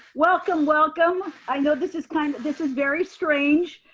welcome, welcome. i know this is kind of this is very strange,